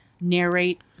narrate